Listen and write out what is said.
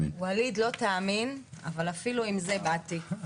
לא תאמין, אבל אפילו עם זה באתי.